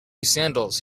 sandals